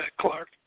Clark